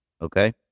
Okay